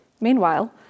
Meanwhile